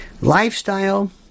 lifestyle